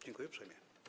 Dziękuję uprzejmie.